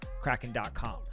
Kraken.com